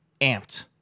amped